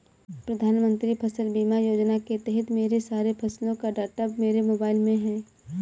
प्रधानमंत्री फसल बीमा योजना के तहत मेरे सारे फसलों का डाटा मेरे मोबाइल में है